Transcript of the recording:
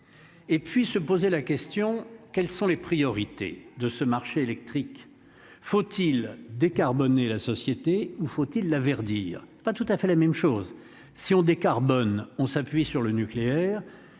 Et puis se poser la question, quelles sont les priorités de ce marché électrique. Faut-il décarboner la société ou faut-il la verdir pas